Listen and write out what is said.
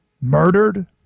murdered